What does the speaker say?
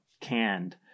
canned